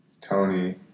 Tony